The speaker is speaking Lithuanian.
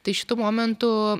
tai šitu momentu